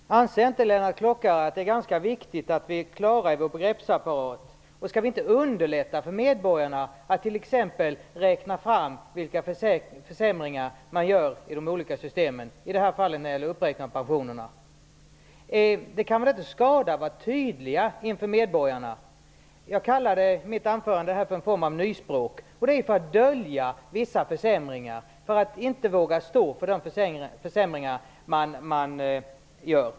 Fru talman! Anser inte Lennart Klockare att det är ganska viktigt att vi är klara i vår begreppsapparat? Skall vi inte underlätta för medborgarna att t.ex. räkna fram vilka försämringar man gör i de olika systemen, i det här fallet när det gäller uppräkning av pensionerna? Det kan väl inte skada att vara tydliga inför medborgarna? Jag kallade i mitt anförande detta för en form av nyspråk. Det är att dölja vissa försämringar, att inte våga stå för de försämringar man gör.